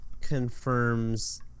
confirms